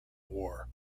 war